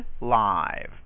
live